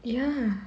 ya